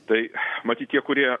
tai matyt tie kurie